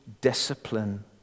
discipline